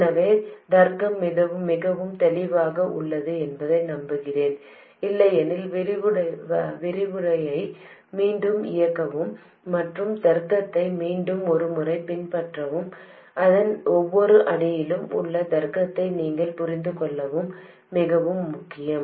எனவே தர்க்கம் மிகவும் தெளிவாக உள்ளது என்று நம்புகிறேன் இல்லையெனில் விரிவுரையை மீண்டும் இயக்கவும் மற்றும் தர்க்கத்தை மீண்டும் ஒருமுறை பின்பற்றவும் இதன் ஒவ்வொரு அடியிலும் உள்ள தர்க்கத்தை நீங்கள் புரிந்துகொள்வது மிகவும் முக்கியம்